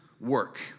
work